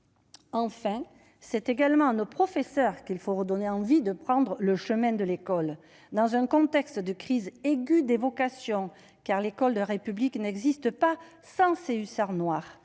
Enfin, c'est également à nos professeurs qu'il faut redonner envie de prendre le chemin de l'école, dans un contexte de crise aiguë des vocations, car l'école de la République n'existe pas sans ses hussards noirs.